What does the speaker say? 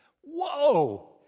whoa